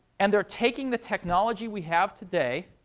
and they're taking the technology we have today,